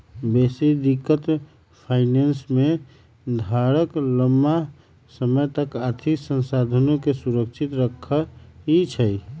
बेशी दिनगत फाइनेंस में धारक लम्मा समय तक आर्थिक साधनके सुरक्षित रखइ छइ